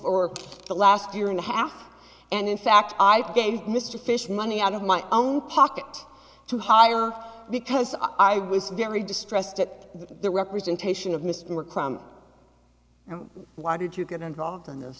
for the last year and a half and in fact i gave mr fish money out of my own pocket to hire because i was very distressed at the representation of mr crumb and why did you get involved in this